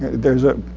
there's a